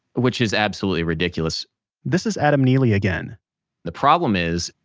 which is absolutely ridiculous this is adam neely again the problem is,